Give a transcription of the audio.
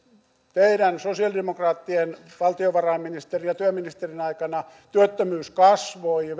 teidän sosialidemokraattien valtiovarainministerin ja työministerin aikana työttömyys kasvoi